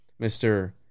Mr